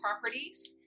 properties